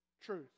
truth